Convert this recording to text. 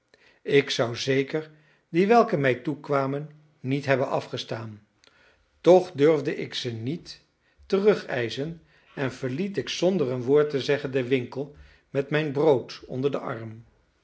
ik zou zeker die welke mij toekwamen niet hebben afgestaan toch durfde ik ze niet terugeischen en verliet ik zonder een woord te zeggen den winkel met mijn brood onder den arm